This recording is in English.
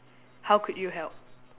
how could you help